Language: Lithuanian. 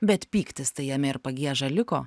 bet pyktis tai jame ir pagieža liko